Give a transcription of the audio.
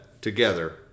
Together